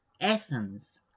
athens